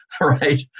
Right